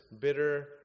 bitter